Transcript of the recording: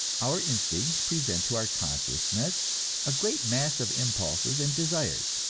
our instincts present to our consciousness a great mass of impulses and desires,